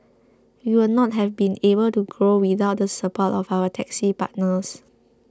we would not have been able to grow without the support of our taxi partners